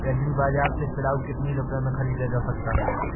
Agree बाजार से पिलाऊ कितनी रुपये में ख़रीदा जा सकता है?